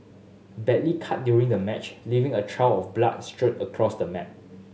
badly cut during the match leaving a trail of blood strewn across the mat